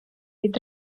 від